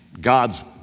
God's